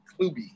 Klubi